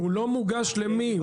הוא לא מוגש למי?